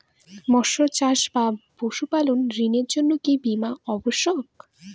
মৎস্য চাষ বা পশুপালন ঋণের জন্য কি বীমা অবশ্যক?